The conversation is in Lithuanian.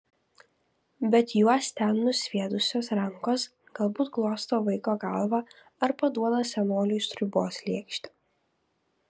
bet juos ten nusviedusios rankos galbūt glosto vaiko galvą ar paduoda senoliui sriubos lėkštę